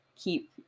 Keep